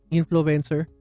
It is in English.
influencer